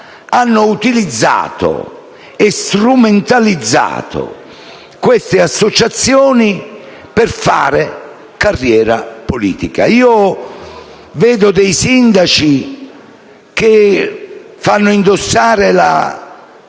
hanno utilizzato e strumentalizzato tali associazioni per fare carriera politica. Io vedo sindaci che fanno indossare la